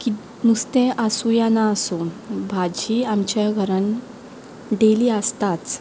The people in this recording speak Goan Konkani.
की नुस्तें आसूं या ना आसूं भाजी आमच्या घरान डेली आसताच